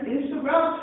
Instagram